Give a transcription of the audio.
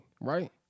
right